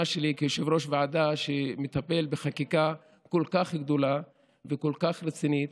שלי כיושב-ראש ועדה שמטפל בחקיקה כל כך גדולה וכל כך רצינית.